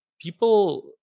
people